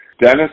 Dennis